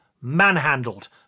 manhandled